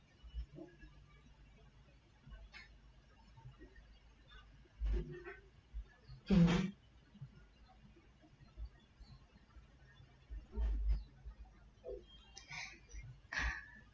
mmhmm